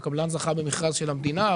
הקבלן זכה במכרז של המדינה,